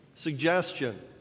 suggestion